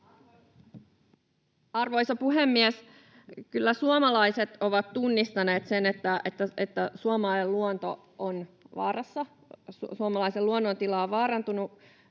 Arvoisa puhemies! Kyllä suomalaiset ovat tunnistaneet sen, että suomalainen luonto on vaarassa,